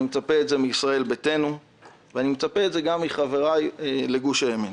מישראל ביתנו וגם מחבריי בגוש הימין.